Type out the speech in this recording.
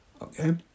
okay